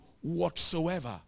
whatsoever